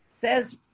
says